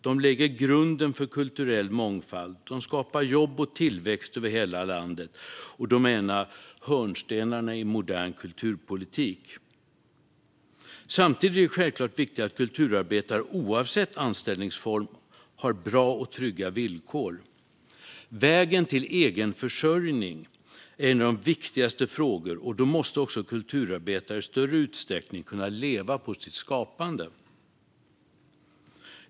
De lägger grunden för kulturell mångfald, skapar jobb och tillväxt över hela landet och är en av hörnstenarna i en modern kulturpolitik. Samtidigt är det självklart viktigt att kulturarbetare oavsett anställningsform har bra och trygga villkor. Vägen till egenförsörjning är en av de viktigaste frågorna; kulturarbetare måste i större utsträckning kunna leva på sitt skapande.